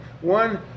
one